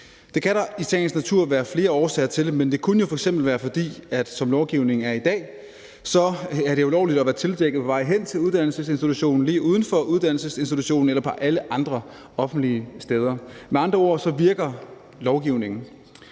Det kan der i sagens natur være flere årsager til, men det kunne jo f.eks. være, fordi det er ulovligt, som lovgivningen er i dag, at være tildækket på vej hen til uddannelsesinstitutionen, lige uden for uddannelsesinstitutionen eller på alle andre offentlige steder. Med andre ord virker lovgivningen.